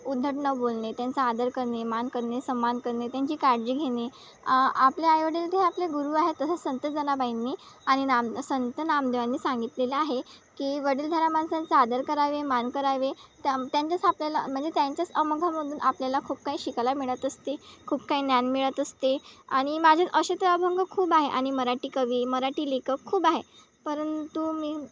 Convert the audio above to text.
उद्धट न बोलणे त्यांचा आदर करणे मान करणे सम्मान करणे त्यांची काळजी घेने आपल्या आईवडील ते आपले गुरू आहेत तसंच संत जनाबाईंनी आणि नाम संत नामदेवांनी सांगितलेलं आहे की वडीलधाऱ्या माणसांचा आदर करावे मान करावे त्यां त्यांच्याच आपल्याला म्हणजे त्यांच्याच अभंगामधून आपल्याला खूप काही शिकायला मिळत असते खूप काही ज्ञान मिळत असते आणि माझं असे तर अभंग खूप आहे आणि मराठी कवी मराठी लेखक खूप आहे परंतु मी